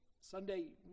Sunday